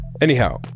Anyhow